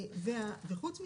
וחוץ מזה,